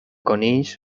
conills